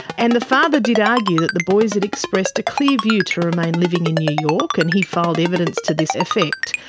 and the father did argue that the boys had expressed a clear view to remain living in new york, and he filed evidence to this effect.